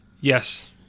Yes